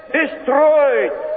destroyed